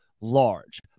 large